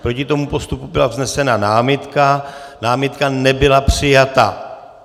Proti tomu postupu byla vznesena námitka, námitka nebyla přijata.